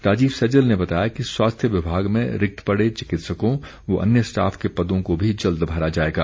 राजीव सैजल ने बताया कि स्वास्थ्य विभाग में रिक्त पड़े चिकित्सकों व अन्य स्टाफ के पदों को भी जल्द भरा जाएगा